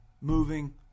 moving